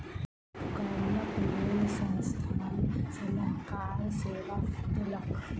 उपकरणक लेल संस्थान सलाहकार सेवा देलक